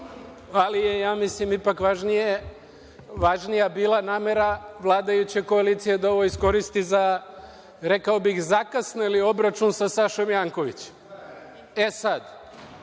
ali je, ja mislim, ipak važnija bila namera vladajuće koalicije da ovo iskoristi za, rekao bih, zakasneli obračun sa Sašom Jankovićem. E sad,